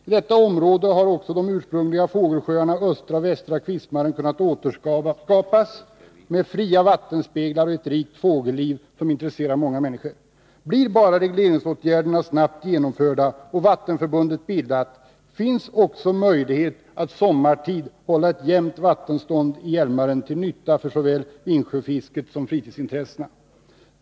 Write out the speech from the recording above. I detta område har också de ursprungliga fågelsjöarna Östra och Västra Kvismaren kunnat återskapas med fria vattenspeglar och ett rikt fågelliv som intresserar många människor. Blir bara regleringsåtgärderna snabbt genomförda och vattenförbundet bildat, finns också möjlighet att sommartid hålla ett jämnt vattenstånd i Hjälmaren till nytta för såväl insjöfisket som fritidsintressena.